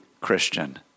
Christian